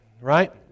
right